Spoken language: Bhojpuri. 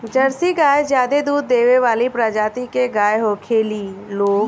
जर्सी गाय ज्यादे दूध देवे वाली प्रजाति के गाय होखेली लोग